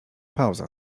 pauza